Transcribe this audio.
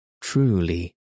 Truly